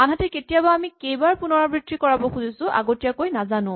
আনহাতে কেতিয়াবা আমি কেইবাৰ পুণৰাবৃত্তি কৰাব খুজিছো আগতীয়াকৈ নাজানো